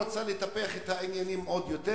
הוא רצה לטפח את העניינים עוד יותר.